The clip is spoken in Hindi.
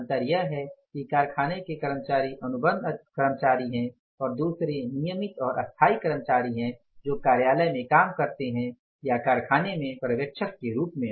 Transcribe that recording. अंतर यह है कि कारखाने के कर्मचारी अनुबंध कर्मचारी हैं और दुसरे नियमित और स्थायी कर्मचारी है जो कार्यालय में काम करते है या कारखाने में पर्यवेक्षक के रूप में